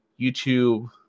youtube